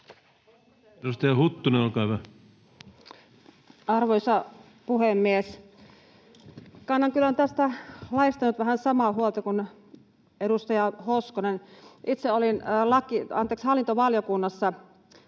19:26 Content: Arvoisa puhemies! Kannan kyllä tästä laista nyt vähän samaa huolta kuin edustaja Hoskonen. Itse olin hallintovaliokunnassa